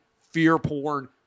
fear-porn